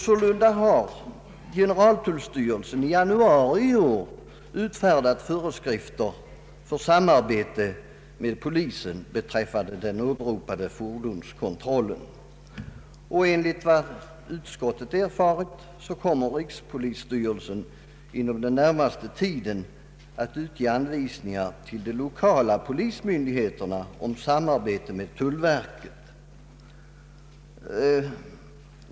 Sålunda har generaltullstyrelsen i januari i år utfärdat föreskrifter för samarbete med polisen beträffande den åberopade fordonskontrollen. Enligt vad utskottet erfarit kommer rikspolisstyrelsen inom den närmaste tiden att meddela anvisningar till de lokala polismyndigheterna om samarbete med tullverket.